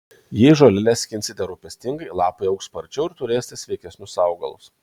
jei žoleles skinsite rūpestingai lapai augs sparčiau ir turėsite sveikesnius augalus